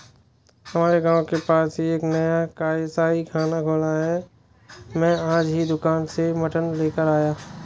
हमारे गांव के पास ही एक नया कसाईखाना खुला है मैं आज ही दुकान से मटन लेकर आया